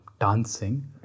dancing